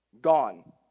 gone